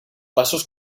pasos